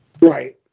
Right